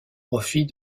profit